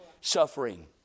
suffering